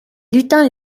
lutins